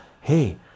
hey